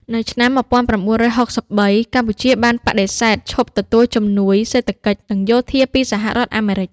នៅឆ្នាំ ១៩៦៣ កម្ពុជាបានបដិសេធឈប់ទទួលជំនួយសេដ្ឋកិច្ច និងយោធាពីសហរដ្ឋអាមេរិក។